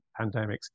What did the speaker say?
pandemics